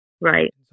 Right